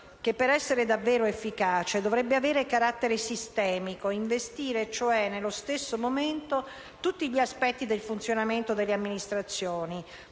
che, per essere davvero efficace, dovrebbe avere carattere sistemico, investire cioè, nello stesso momento, tutti gli aspetti del funzionamento delle amministrazioni